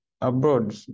Abroad